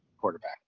quarterback